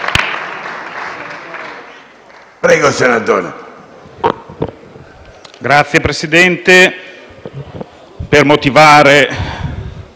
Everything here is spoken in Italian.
Prego senatore,